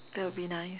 that'll be nice